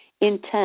intent